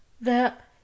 that